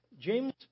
James